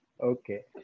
Okay